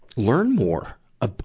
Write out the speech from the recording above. learn more ah